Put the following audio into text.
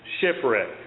shipwreck